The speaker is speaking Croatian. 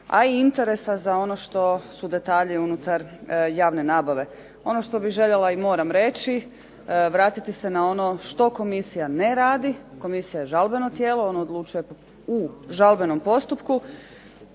a i interesa za ono što su detalji unutar javne nabave. Ono što bih željela i moram reći vratiti se na ono što komisija ne radi, komisija je žalbeno tijelo, ona odlučuje u žalbenom postupku.